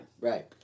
Right